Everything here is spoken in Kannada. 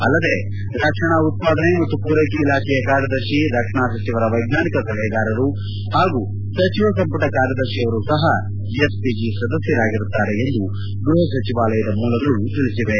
ಅಲ್ಲದೆ ರಕ್ಷಣಾ ಉತ್ಪಾದನೆ ಮತ್ತು ಪೂರೈಕೆ ಇಲಾಖೆಯ ಕಾರ್ಯದರ್ಶಿ ರಕ್ಷಣಾ ಸಚಿವರ ವೈಜ್ಞಾನಿಕ ಸಲಹೆಗಾರರು ಹಾಗೂ ಸಚಿವ ಸಂಪುಟ ಕಾರ್ಯದರ್ಶಿಯವರು ಸಹ ಎಸ್ಪಿಜಿ ಸದಸ್ನರಾಗಿರುತ್ತಾರೆ ಎಂದು ಗೃಹ ಸಚಿವಾಲಯದ ಮೂಲಗಳು ತಿಳಿಸಿವೆ